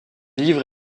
livre